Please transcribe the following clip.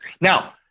Now